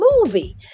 movie